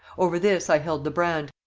over this i held the brand,